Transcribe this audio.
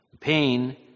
Pain